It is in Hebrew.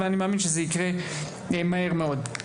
ואני מאמין שזה יקרה מהר מאוד.